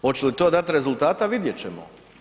Hoće li to dati rezultata, vidjet ćemo.